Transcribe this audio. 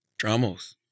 Dramos